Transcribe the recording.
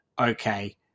okay